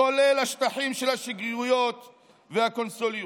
כולל השטחים של השגרירויות והקונסוליות.